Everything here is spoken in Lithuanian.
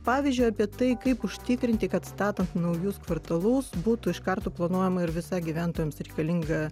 pavyzdžiui apie tai kaip užtikrinti kad statant naujus kvartalus būtų iš karto planuojama ir visa gyventojams reikalinga